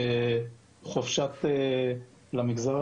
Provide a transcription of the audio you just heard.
בחופשה של המגזר